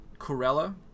Corella